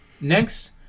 Next